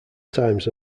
times